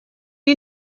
you